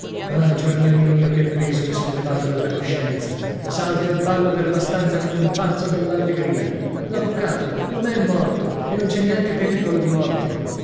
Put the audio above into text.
ah giornalino mio che peso mi son levato dalla coscienza salto e ballo per la stanza come un pazzo dall'allegria l'avvocato non è morto e non c'è neanche pericolo di morte